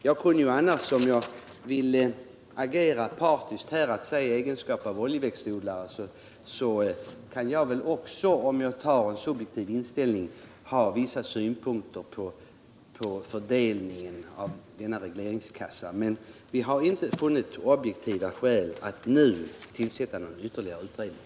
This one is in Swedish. Jag kunde i och för sig, om jag ville agera partiskt i egenskap av oljeväxtodlare, anlägga vissa subjektiva synpunkter på fördelningen av regleringskassan på detta område, men jag nöjer mig med att peka på att vi inte har funnit objektiva skäl för att nu tillsätta någon ytterligare utredning.